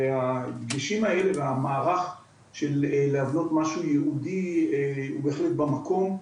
והדגשים האלה והמערך של להבנות משהו ייעודי בהחלט במקום.